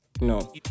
no